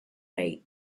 rate